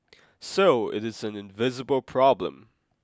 so it is an invisible problem